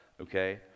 Okay